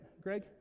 Greg